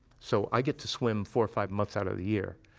so i get to swim four or five months out of the year.